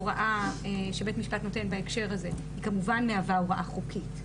הוראה שבית המשפט נותן בהקשר הזה היא כמובן מהווה הוראה חוקית,